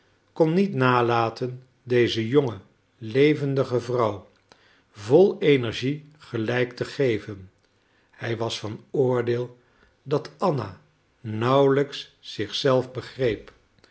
kon niet nalaten deze jonge levendige vrouw vol energie gelijk te geven hij was van oordeel dat anna nauwelijks zich zelf begreep